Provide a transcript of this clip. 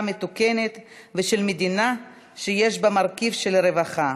מתוקנת ושל מדינה שיש בה מרכיב של רווחה.